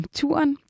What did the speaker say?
turen